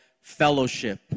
fellowship